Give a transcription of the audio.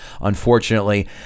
unfortunately